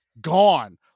gone